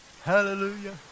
Hallelujah